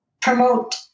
promote